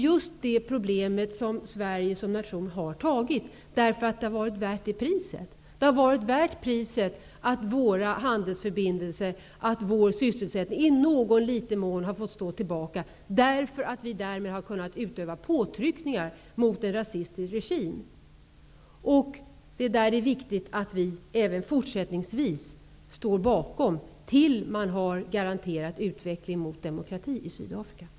Just det problemet har Sverige som nation tagit ställning till och man har tyckt ställningstagandet vara värt sitt pris, nämligen att våra handelsförbindelser och vår sysselsättning i någon mån har fått stå tillbaka för att vi skulle kunna utöva påtryckningar mot en rasistisk regim. Det är viktigt att vi även fortsättningsvis står bakom det, till dess en garanterad utveckling av demokrati i Sydafrika finns.